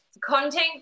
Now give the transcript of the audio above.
Content